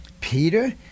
Peter